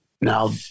now